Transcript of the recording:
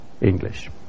English